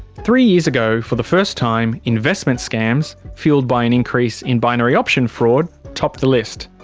three years ago, for the first time, investment scams, fuelled by an increase in binary option fraud, topped the list.